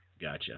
Gotcha